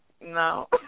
No